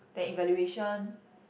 then evaluation